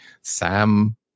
Sam